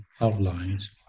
outlines